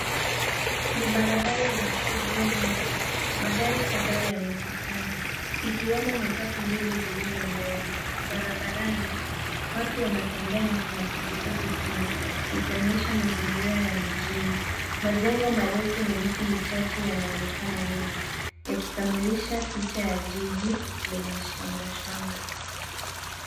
Ni barabara yenye shughuli nyingi. Magari kadhaa yamepakana ikiwemo matatu mbili zilizo mbele. Barabarani watu wanatembea na kuna pikipiki pia, ikionyesha mazingira ya mijini. Majengo marefu na miti michache yanaonekana nyuma yakikamilisha picha ya jiji lenye shamra shamra.